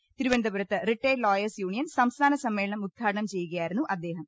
പ്തിരുവന്തപുരത്ത് retired lawyers സംസ്ഥാന സമ്മേളനം ഉദ്ഘാടനം ചെയ്യുകയായിരുന്നു അദ്ദേഹം